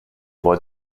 wollt